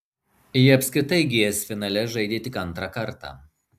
ji apskritai gs finale žaidė tik antrą kartą